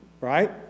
Right